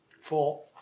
Four